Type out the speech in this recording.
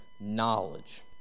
knowledge